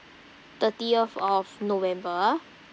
thirtieth of november